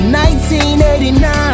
1989